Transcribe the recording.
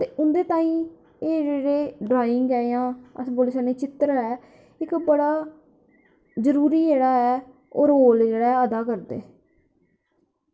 ते उं'दे ताहीं एह् जेह्ड़ी ड्राइंग ऐ जां अस बोली सकने चित्र ऐ इक्क बड़ा जरूरी जेह्ड़ा ऐ ओह् रोल जेह्ड़ा ऐ अदा करदे